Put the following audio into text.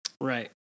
Right